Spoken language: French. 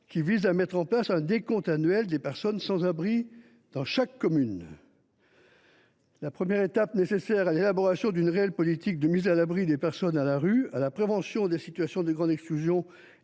visant à mettre en place un décompte annuel des personnes sans abri dans chaque commune. La première étape nécessaire à l’élaboration d’une réelle politique de mise à l’abri des personnes à la rue, à la prévention des situations de grande exclusion